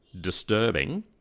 disturbing